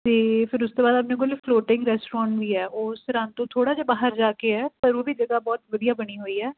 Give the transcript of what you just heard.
ਅਤੇ ਫਿਰ ਉਸ ਤੋਂ ਬਾਅਦ ਆਪਣੇ ਕੋਲ ਫਲੋਟਿੰਗ ਰੈਸਟੋਰੈਂਟ ਵੀ ਹੈ ਉਹ ਸਰਹਿੰਦ ਤੋਂ ਥੋੜ੍ਹਾ ਜਿਹਾ ਬਾਹਰ ਜਾ ਕੇ ਹੈ ਪਰ ਉਹ ਵੀ ਜਗ੍ਹਾ ਬਹੁਤ ਵਧੀਆ ਬਣੀ ਹੋਈ ਹੈ